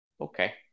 Okay